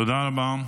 תודה רבה.